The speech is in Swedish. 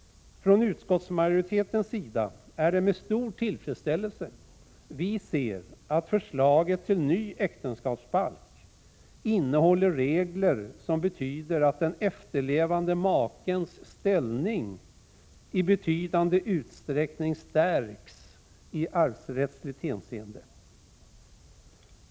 Från utskottsmajoritetens sida är det med stor tillfredsställelse vi ser att förslaget till ny äktenskapsbalk innehåller regler som betyder att den efterlevande makens ställning i betydande utsträckning stärks i arvsrättsligt hänseende.